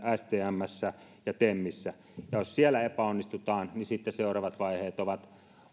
stmssä ja temissä ja jos niissä epäonnistutaan niin sitten seuraavat vaiheet ovat